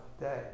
day